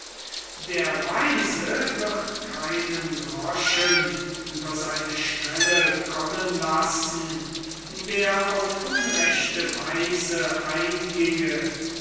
der weise wird keinen groschen über seine schwelle kommen lassen der auf unrechte weise einginge